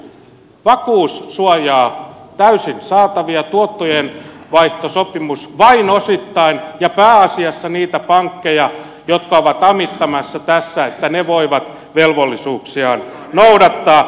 vakuus suojaa täysin saatavia tuottojenvaihtosopimus vain osittain ja pääasiassa niitä pankkeja jotka ovat avittamassa tässä että ne voivat velvollisuuksiaan noudattaa